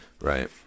Right